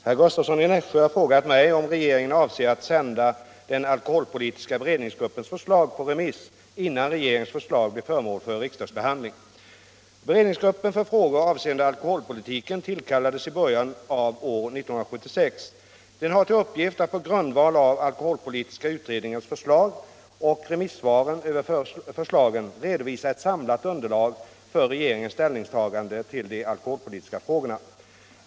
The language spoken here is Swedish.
Herr talman! Herr Gustavsson i Nässjö har frågat mig om regeringen avser att sända den alkoholpolitiska beredningsgruppens förslag på remiss innan regeringens förslag blir föremål för riksdagsbehandling. Beredningsgruppen för frågor avseende alkoholpolitiken tillkallades i början av år 1976. Den har till uppgift att på grundval av alkoholpolitiska utredningens förslag och remissvaren över förslagen redovisa ett samlat underlag för regeringens ställningstagande till de alkoholpolitiska frågorna.